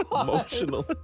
Emotional